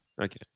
Okay